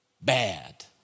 bad